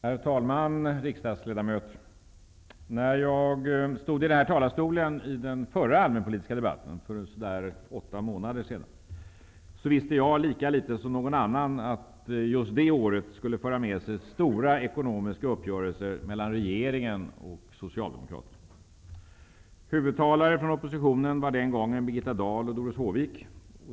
Herr talman, riksdagsledamöter! När jag stod i den här talarstolen i den förra allmänpolitiska debatten för ungefär åtta månader sedan, visste jag lika litet som någon annan att just det året skulle föra med sig stora ekonomiska uppgörelser mellan regeringen och Socialdemokraterna. Huvudtalare från oppositionen var den gången Birgitta Dahl och Doris Håvik.